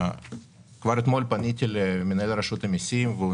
כבר אתמול פניתי למנהל רשות המסים והוא